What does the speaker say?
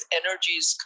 energies